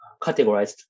categorized